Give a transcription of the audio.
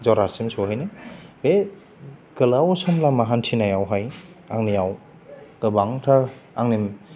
जरहातसिम सौहैनो बे गोलाव सम लामा हान्थिनायावहाय आंनियाव गोबांथार आंनि